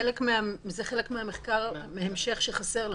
זה חלק ממחקר ההמשך שחסר לנו.